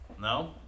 No